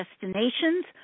destinations